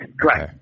correct